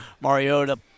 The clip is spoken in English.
Mariota